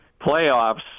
playoffs